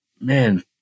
man